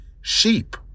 sheep